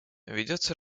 ведется